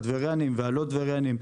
הטבריינים והלא טבריינים,